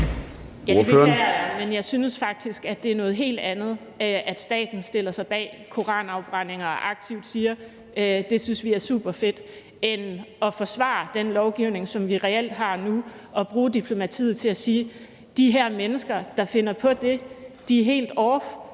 Det beklager jeg, men jeg synes faktisk, det er noget helt andet, at staten stiller sig bag koranafbrændinger og aktivt siger, at det synes man er superfedt, end at forsvare den lovgivning, som vi reelt har nu, og bruge diplomatiet til at sige: De her mennesker, der finder på det, er helt off;